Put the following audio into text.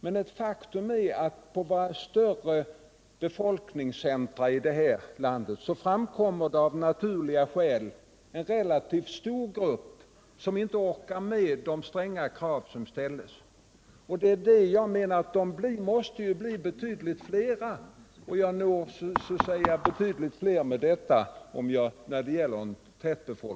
Men faktum är att det i våra större befolkningscentra här i landet av naturliga skäl framkommer relativt stora grupper som inte orkar med de stränga krav som ställs under värnplikten. Och jag menar att när det gäller tätbefolkade regioner går det att tillgodose betydligt fler när ett förband bibehålles där.